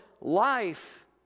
life